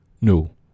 No